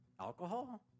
Alcohol